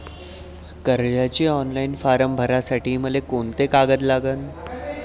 कर्जाचे online form भरासाठी मले कोंते कागद लागन?